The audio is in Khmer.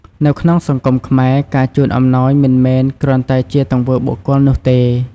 នៅក្នុងសង្គមខ្មែរ ការជូនអំណោយមិនមែនគ្រាន់តែជាទង្វើបុគ្គលនោះទេ។